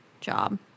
job